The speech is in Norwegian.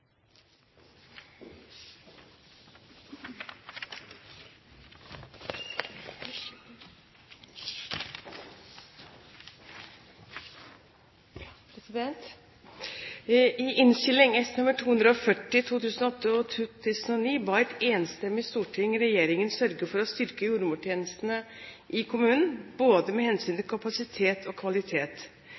S. nr. 240 for 2008-2009 ba et enstemmig storting regjeringen sørge for å styrke jordmortjenesten i kommunene både med hensyn til kapasitet og kvalitet.